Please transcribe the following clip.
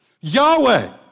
Yahweh